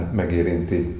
megérinti